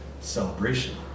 celebration